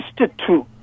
Institute